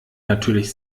natürlich